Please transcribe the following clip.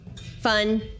Fun